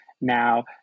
Now